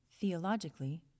Theologically